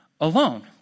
alone